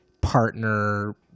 partner